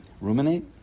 ruminate